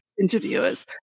interviewers